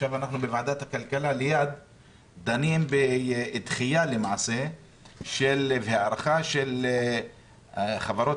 בוועדת הכלכלה דנים עכשיו בדחייה והארכה של חברות